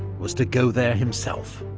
was to go there himself.